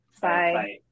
Bye